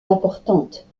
importantes